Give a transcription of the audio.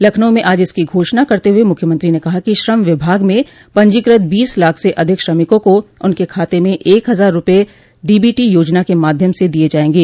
लखनऊ में आज इसकी घोषणा करते हुए मुख्यमंत्री ने कहा कि श्रम विभाग में पंजीकृत बीस लाख से अधिक श्रमिकों को उनके खाते में एक हजार रूपये डीबीटी योजना के माध्यम से दिये जायेंगे